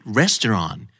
restaurant